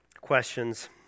questions